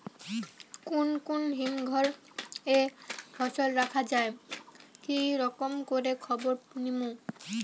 কুন কুন হিমঘর এ ফসল রাখা যায় কি রকম করে খবর নিমু?